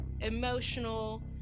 emotional